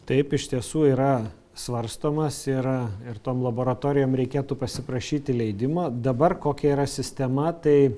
taip iš tiesų yra svarstomas yra ir tom laboratorijom reikėtų pasiprašyti leidimo dabar kokia yra sistema tai